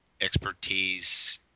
expertise